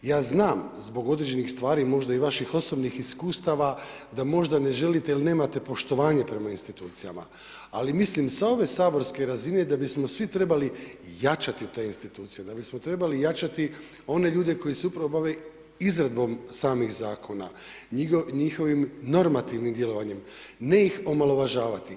Ja znam zbog određenih stvari, možda i vaših osobnih iskustava da možda ne želite ili nemate poštovanje prema institucijama, ali mislim sa ove saborske razine da bismo svi trebali jačati te institucije, da bismo trebali jačati one ljude koji se upravo bave izradom samih zakona, njihovim normativnim djelovanjem, ne ih omalovažavati.